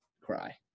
cry